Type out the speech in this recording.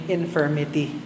infirmity